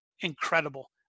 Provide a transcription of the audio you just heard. incredible